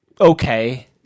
okay